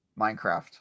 Minecraft